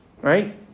Right